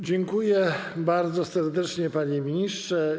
Dziękuję bardzo serdecznie, panie ministrze.